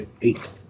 eight